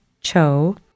Cho